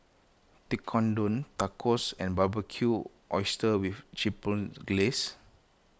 Tekkadon Tacos and Barbecued Oysters with Chipotle Glaze